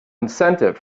incentive